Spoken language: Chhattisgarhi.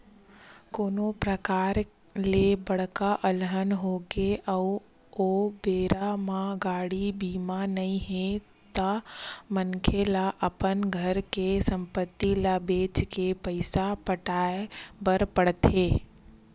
कोनो परकार ले बड़का अलहन होगे अउ ओ बेरा म गाड़ी बीमा नइ हे ता मनखे ल अपन घर के संपत्ति ल बेंच के पइसा पटाय बर पड़थे